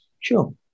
Sure